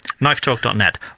knifetalk.net